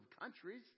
countries